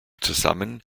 zusammen